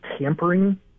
tampering